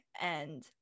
and-